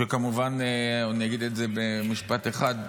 אני אגיד את זה במשפט אחד: